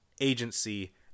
agency